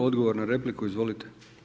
Odgovor na repliku, izvolite.